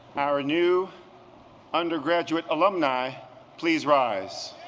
our new undergraduate alumni please rise.